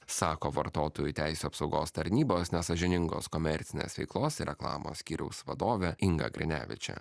sako vartotojų teisių apsaugos tarnybos nesąžiningos komercinės veiklos ir reklamos skyriaus vadovė inga grinevičė